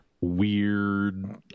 weird